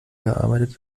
gearbeitet